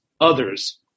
others